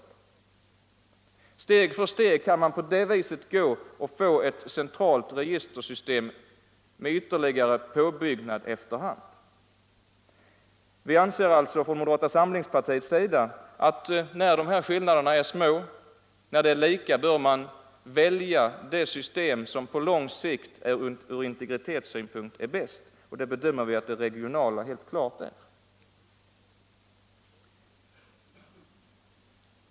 Steg för steg går det på detta sätt att få ett centralt registersystem med utbyggnadsmöjligheter. Vi inom moderata samlingspartiet anser alltså att när skillnaderna är så små mellan systemen, bör man välja det som på lång sikt är bäst från integritetssynpunkt. Vi bedömer där att det regionala systemet helt klart är det bästa.